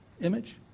image